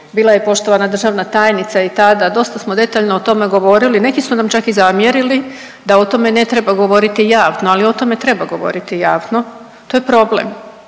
Bila je poštovana državna tajnica i tada, dosta smo detaljno o tome govorili, neki su nam čak i zamjerili da o tome ne treba govorili javno, ali o tome treba govoriti javno. To je problem.